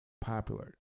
popular